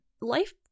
life